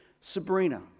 sabrina